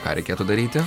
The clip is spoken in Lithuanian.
ką reikėtų daryti